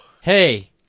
hey